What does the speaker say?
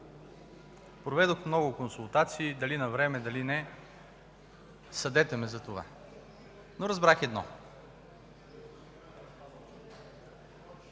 проведох много консултации, дали навреме, или не – съдете ме за това! Разбрах едно: